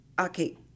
Okay